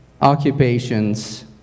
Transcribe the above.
occupations